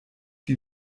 die